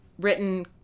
written